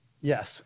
Yes